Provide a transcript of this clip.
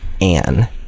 Anne